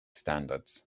standards